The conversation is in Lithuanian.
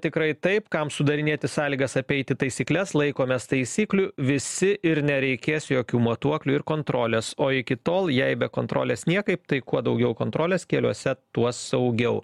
tikrai taip kam sudarinėti sąlygas apeiti taisykles laikomės taisyklių visi ir nereikės jokių matuoklių ir kontrolės o iki tol jei be kontrolės niekaip tai kuo daugiau kontrolės keliuose tuo saugiau